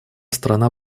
страна